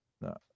No